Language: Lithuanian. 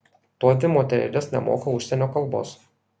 tuodvi moterėlės nemoka užsienio kalbos